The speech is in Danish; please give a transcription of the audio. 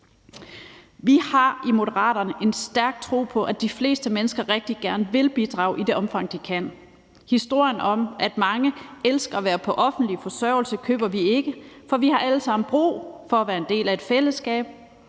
Vi har i Moderaterne en stærk tro på, at de fleste mennesker rigtig gerne vil bidrage i det omfang, de kan. Historien om, at mange elsker at være på offentlig forsørgelse, køber vi ikke, for vi har alle sammen brug for at være en del af et fællesskab.